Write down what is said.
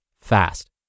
fast